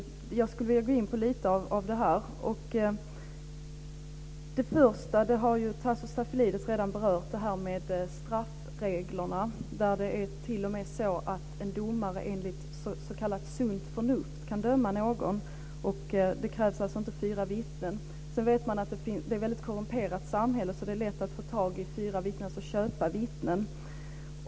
Jag skulle vilja gå in på lite av det här. Det första har Tasso Stafilidis redan berört, frågan om straffreglerna, där det t.o.m. är så att en domare enligt s.k. sunt förnuft kan döma någon, och det krävs alltså inte fyra vittnen. Sedan vet man att det är ett väldigt korrumperat samhälle, så det är lätt att få tag i fyra vittnen, alltså köpa vittnen.